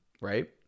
right